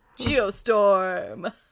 geostorm